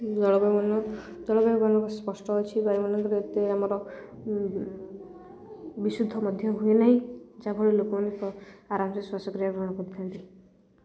ଜଳବାୟୁମାନ ଜଳବାୟୁମାନ ସ୍ପଷ୍ଟ ଅଛି ବାୟୁମାନଙ୍କରେ ଏତେ ଆମର ବିଶୁଦ୍ଧ ମଧ୍ୟ ହୁଏ ନାହିଁ ଯାହାଫଳରେ ଲୋକମାନେ ଆରାମ୍ସେ ଶ୍ଵାସକ୍ରିୟା ଗ୍ରହଣ କରିଥାନ୍ତି